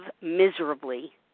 miserably